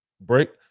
break